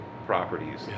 properties